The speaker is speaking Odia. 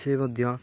ସେ ମଧ୍ୟ